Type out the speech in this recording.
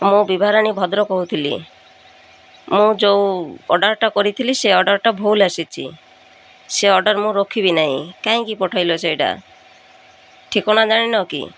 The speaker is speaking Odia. ମୁଁ ବିଭାରାଣୀ ଭଦ୍ର କହୁଥିଲି ମୁଁ ଯେଉଁ ଅର୍ଡ଼ରଟା କରିଥିଲି ସେ ଅର୍ଡ଼ରଟା ଭୁଲ ଆସିଛି ସେ ଅର୍ଡ଼ର ମୁଁ ରଖିବି ନାହିଁ କାହିଁକି ପଠେଇଲ ସେଇଟା ଠିକଣା ଜାଣିନ କି